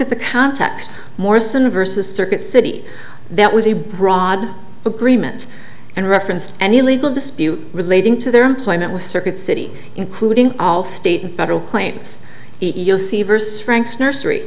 at the context morrison vs circuit city that was a broad agreement and referenced any legal dispute relating to their employment with circuit city including all state and federal claims e e o c versus franks nursery